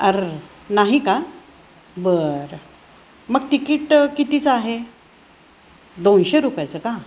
अर्र नाही का बरं मग तिकीट कितीचं आहे दोनशे रुपयाचं का